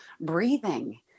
breathing